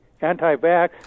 anti-vax